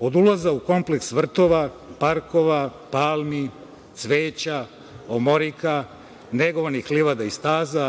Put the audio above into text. Od ulaza u kompleks vrtova, parkova, palmi, cveća, omorika, negovanih livada i staza